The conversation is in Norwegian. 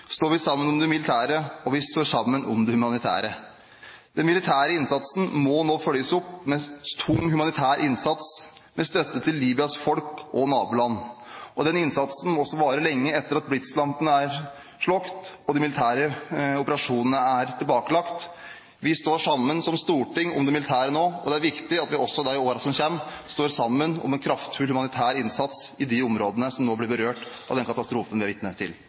står vi sammen om det militære, og vi står sammen om det humanitære. Den militære innsatsen må nå følges opp med tung humanitær innsats med støtte til Libyas folk og naboland. Den innsatsen må også vare lenge etter at blitzlampene er slukket og de militære operasjonene tilbakelagt. Vi står sammen som storting om det militære nå, og det er viktig at vi også da i årene som kommer, står sammen om en kraftfull humanitær innsats i de områdene som nå blir berørt av den katastrofen som vi er vitne til.